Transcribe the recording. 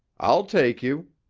i'll take you,